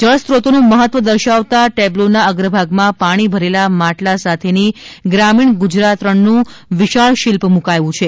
જળસ્ત્રોતનું મહત્વ દર્શાવવા ટેબ્લોના અગ્ર ભાગમાં પાણી ભરેલાં માટલાં સાથેની ગ્રામીણ ગુજરાતણનું વિશાળ શિલ્પ મુકાયું છે